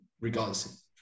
regardless